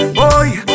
boy